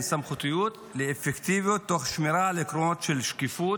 סמכותיות לאפקטיביות תוך שמירה על עקרונות של שקיפות,